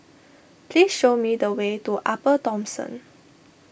please show me the way to Upper Thomson